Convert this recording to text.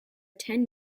ten